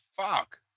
fuck